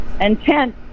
intent